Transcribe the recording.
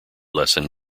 lesson